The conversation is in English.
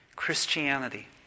Christianity